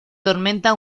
tormenta